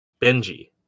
Benji